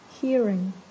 Hearing